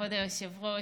כבוד היושב-ראש,